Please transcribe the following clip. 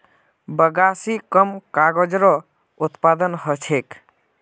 बगासी स कागजेरो उत्पादन ह छेक